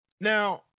now